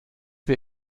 wir